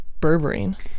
berberine